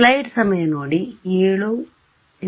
plus 1